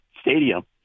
stadium